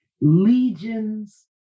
legions